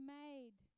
made